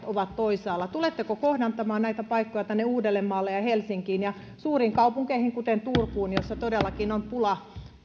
ovat toisaalla niin tuletteko kohdentamaan näitä paikkoja tänne uudellemaalle ja helsinkiin ja suurin kaupunkeihin kuten turkuun jossa todellakin on pula